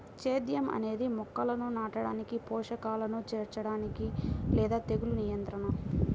సేద్యం అనేది మొక్కలను నాటడానికి, పోషకాలను చేర్చడానికి లేదా తెగులు నియంత్రణ